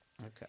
okay